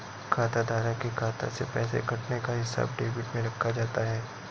खाताधारक के खाता से पैसे कटने का हिसाब डेबिट में रखा जाता है